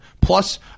Plus